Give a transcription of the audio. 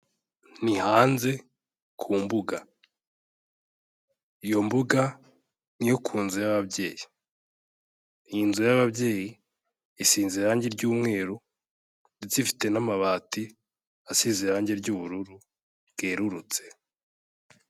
Ni hanze ku mbuga. Iyo mbuga yo ku nzu y'ababyeyi. Iyi nzu y'ababyeyi isize irangi ry'umweru ndetse ifite n'amabati asize irangi ry'ubururu bwerurutse.